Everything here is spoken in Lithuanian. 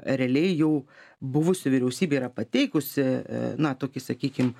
realiai jau buvusi vyriausybė yra pateikusi na tokį sakykim